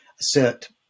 assert